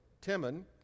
Timon